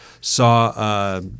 saw